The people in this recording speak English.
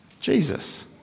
Jesus